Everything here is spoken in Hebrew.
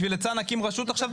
בשביל עצה נקים רשות עכשיו?